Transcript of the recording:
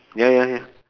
ya ya ya